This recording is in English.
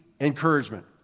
encouragement